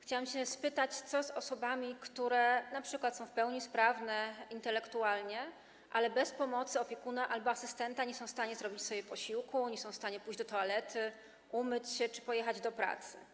Chciałam się spytać, co z osobami, które są np. w pełni sprawne intelektualnie, ale bez pomocy opiekuna albo asystenta nie są w stanie zrobić sobie posiłku czy pójść do toalety, umyć się lub pojechać do pracy.